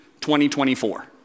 2024